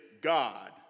God